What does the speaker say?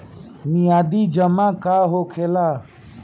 मियादी जमा का होखेला?